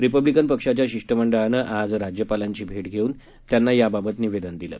Republican पक्षाच्या शिष्टमंडळानं आज राज्यपालांची भेट घेऊन त्यांना याबाबत निवेदन दिलं